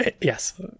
Yes